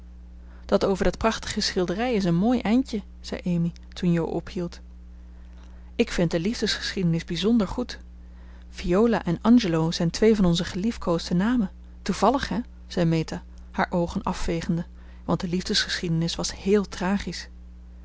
dat over dat prachtige schilderij is een mooi eindje zei amy toen jo ophield ik vind de liefdesgeschiedenis bizonder goed viola en angelo zijn twee van onze geliefkoosde namen toevallig hè zei meta haar oogen afvegende want de liefdesgeschiedenis was héél tragisch